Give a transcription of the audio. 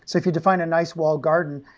so if you define a nice walled garden,